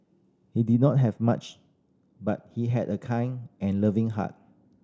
he did not have much but he had a kind and loving heart